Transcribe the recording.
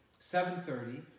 7.30